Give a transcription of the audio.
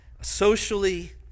socially